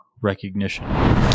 recognition